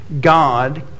God